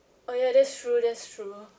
oh ya that's true that's true